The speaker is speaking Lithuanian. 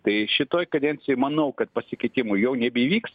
tai šitoj kadencijoj manau kad pasikeitimų jau nebeįvyks